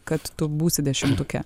kad tu būsi dešimtuke